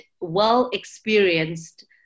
well-experienced